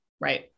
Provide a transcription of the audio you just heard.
Right